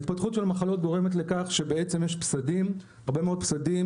התפתחות של מחלות גורמת לכך שבעצם יש הרבה מאוד פסדים,